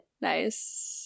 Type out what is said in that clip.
Nice